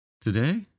today